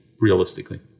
realistically